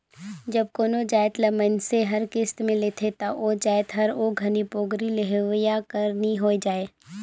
जब कोनो जाएत ल मइनसे हर किस्त में लेथे ता ओ जाएत हर ओ घनी पोगरी लेहोइया कर नी होए जाए